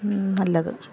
നല്ലത്